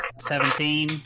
seventeen